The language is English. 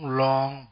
long